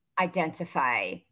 identify